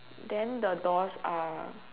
then the doors are